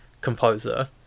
composer